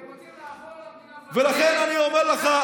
אתם רוצים לעבור למדינה הפלסטינית --- ולכן אני אומר לך,